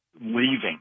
leaving